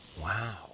Wow